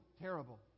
terrible